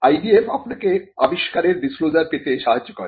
IDF আপনাকে আবিষ্কারের disclosure পেতে সাহায্য করে